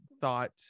thought